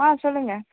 ஆ சொல்லுங்கள்